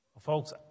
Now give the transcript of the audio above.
Folks